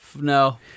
No